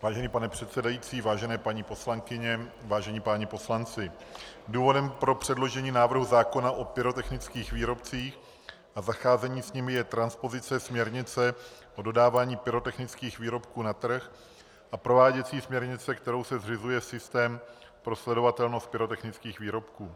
Vážený pane předsedající, vážené paní poslankyně, vážení páni poslanci, důvodem pro předložení návrhu zákona o pyrotechnických výrobcích a zacházení s nimi je transpozice směrnice o dodávání pyrotechnických výrobků na trh a prováděcí směrnice, kterou se zřizuje systém pro sledovatelnost pyrotechnických výrobků.